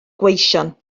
gweision